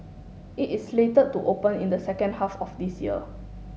it is slated to open in the second half of this year